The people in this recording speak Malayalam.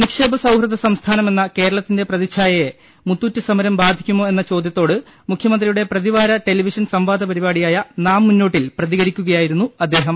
നിക്ഷേപ സൌഹൃദ സംസ്ഥാനമെന്ന കേരളത്തിന്റെ പ്രതിച്ഛായയെ മുത്തൂറ്റ് സമരം ബാധിക്കുമോ എന്ന ചോദ്യത്തോട് മുഖ്യമന്ത്രി യുടെ പ്രതിവാര ടെലിവിഷൻ സംവാദ പരിപാടിയായ നാം മുന്നോ ട്ടിൽ പ്രതികരിക്കുകയായിരുന്നു അദ്ദേഹം